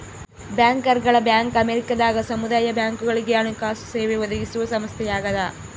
ಬ್ಯಾಂಕರ್ಗಳ ಬ್ಯಾಂಕ್ ಅಮೇರಿಕದಾಗ ಸಮುದಾಯ ಬ್ಯಾಂಕ್ಗಳುಗೆ ಹಣಕಾಸು ಸೇವೆ ಒದಗಿಸುವ ಸಂಸ್ಥೆಯಾಗದ